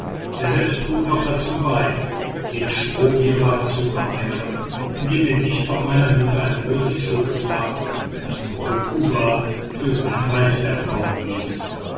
er selbst trug noch dazu bei den strohwirrwarr zu vermehren indem er dicht vor meiner hütte ein großes schutzdach eine rokuba für sein reitpferd bauen ließ